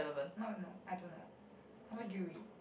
not no I don't know how much do you read